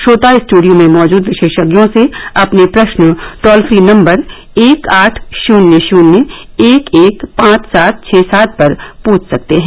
श्रोता स्टूडियों में मौजूद विशेषज्ञों से अपने प्रश्न टोल फ्री नम्बर एक आठ शून्य शून्य एक एक पांच सात छः सात पर पृष्ठ सकते हैं